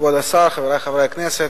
תודה, כבוד השר, חברי חברי הכנסת,